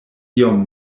iom